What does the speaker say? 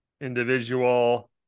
individual